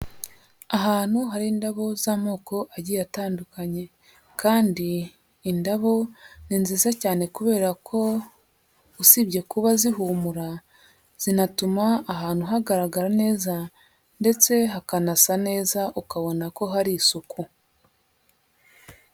Ahantu hari indabo z'amoko agiye atandukanye kandi indabo ni nziza cyane kubera ko usibye kuba zihumura zinatuma ahantu hagaragara neza ndetse hakanasa neza ukabona ko hari isuku.